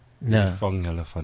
No